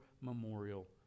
memorial